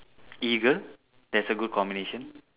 eagle that's a good combination